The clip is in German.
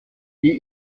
die